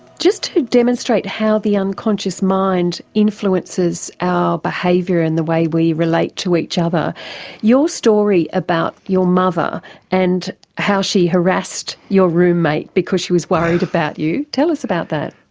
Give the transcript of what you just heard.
just to demonstrate how the unconscious mind influences our behaviour in the way we relate to each other your story about your mother and how she harassed your room mate because she was worried about you tell us about that.